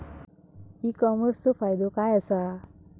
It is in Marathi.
ई कॉमर्सचो फायदो काय असा?